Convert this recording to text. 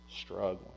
struggling